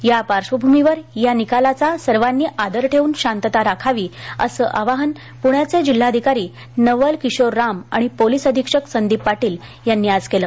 या पार्श्वभूमीवर या निकालाचा सर्वांनी आदर ठेऊन शांतता राखावी असं आवाहान पुण्याचे जिल्हाधिकारी नवल किशोर राम आणि पोलीस अधिक्षक संदिप पाटील यांनी आज केलं